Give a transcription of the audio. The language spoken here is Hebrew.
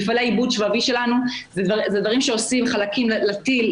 מפעלי עיבוד שבבי שלנו זה דברים שעושים חלקים לטיל,